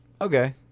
Okay